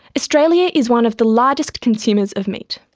australia is one of the largest consumers of meat